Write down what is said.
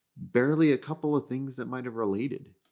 barely a couple of things that might have related.